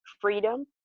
freedom